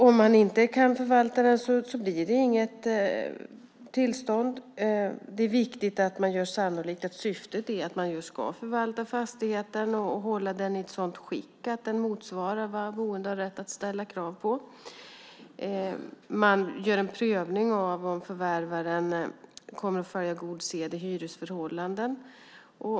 Om man inte kan förvalta den blir det inget tillstånd. Det är viktigt att man gör sannolikt att syftet är att man ska förvalta fastigheten och hålla den i ett sådant skick att den motsvarar vad boende har rätt att ställa krav på. Man gör en prövning av om förvärvaren kommer att följa god sed i hyresförhållanden.